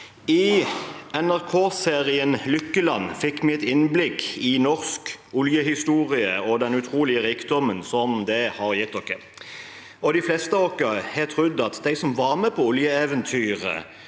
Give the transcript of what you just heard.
I NRK-serien Lykkeland fikk vi et innblikk i norsk oljehistorie og den utrolige rikdommen som den har gitt oss. De fleste av oss har trodd at de som var med på oljeeventyret